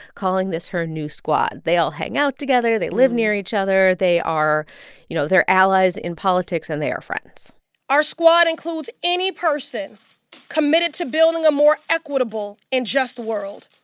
calling this her new squad. they all hang out together. they live near each other. they are you know, they're allies in politics, and they are friends our squad includes any person committed to building a more equitable and just world.